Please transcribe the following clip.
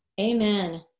amen